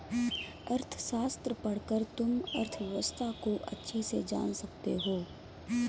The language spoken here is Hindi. अर्थशास्त्र पढ़कर तुम अर्थव्यवस्था को अच्छे से जान सकते हो